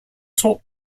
talk